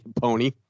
Pony